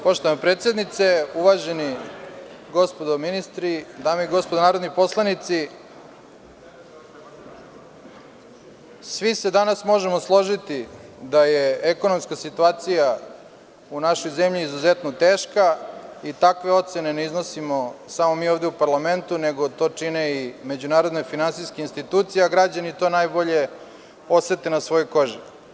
Poštovana predsednice, uvažena gospodo ministri, dame i gospodo narodni poslanici, svi se danas možemo složiti da je ekonomska situacija u našoj zemlji izuzetno teška i takve ocene ne iznosimo samo mi ovde u parlamentu, nego to čine i međunarodne finansijske institucije, a građani to najbolje osete na svojoj koži.